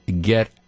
get